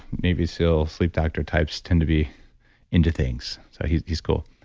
maybe seal sleep doctor types tend to be into things. so he's he's cool.